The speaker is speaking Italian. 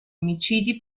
omicidi